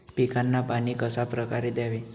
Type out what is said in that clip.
पिकांना पाणी कशाप्रकारे द्यावे?